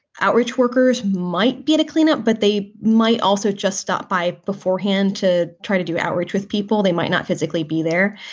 outreach workers might be a cleanup, but they might also just stop by beforehand to try to do outreach with people. they might not physically be there.